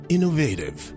Innovative